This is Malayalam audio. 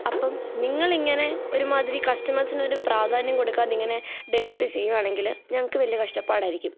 അപ്പം നിങ്ങൾ ഇങ്ങനെ ഒരുമാതിരി കസ്റ്റമേഴ്സിന് ഒരു പ്രാധാന്യം കൊടുക്കാതെ ഇങ്ങനെ ഡെലിവറി ചെയ്യുകയാണെങ്കിൽ ഞങ്ങൾക്കു വലിയ കഷ്ടപ്പാടായിരിക്കും